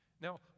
Now